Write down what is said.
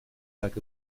так